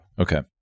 Okay